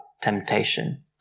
temptation